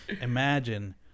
imagine